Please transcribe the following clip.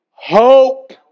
Hope